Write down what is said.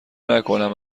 نکنم